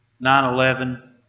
9-11